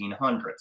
1800s